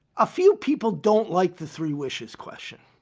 a few people don't like the three wishes question.